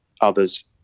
others